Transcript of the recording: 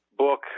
book